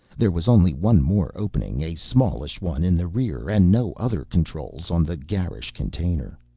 there was only one more opening, a smallish one in the rear, and no other controls on the garish container.